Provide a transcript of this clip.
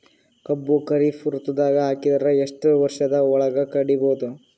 ಕಬ್ಬು ಖರೀಫ್ ಋತುದಾಗ ಹಾಕಿದರ ಎಷ್ಟ ವರ್ಷದ ಒಳಗ ಕಡಿಬಹುದು?